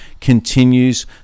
continues